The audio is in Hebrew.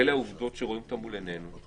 ואלה העובדות שאנחנו רואים מול עינינו,